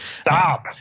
Stop